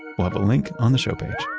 but link on the show page